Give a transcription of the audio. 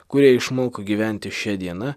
kurie išmoko gyventi šia diena